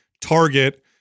target